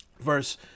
verse